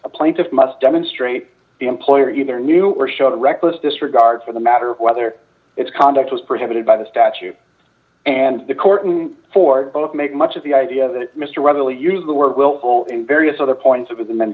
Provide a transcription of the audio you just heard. a plaintiff must demonstrate the employer either knew or showed a reckless disregard for the matter whether its conduct was prohibited by the statute and the court for both make much of the idea that mr weatherley used the word willful and various other points of the m